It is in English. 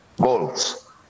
goals